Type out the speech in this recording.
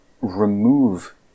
remove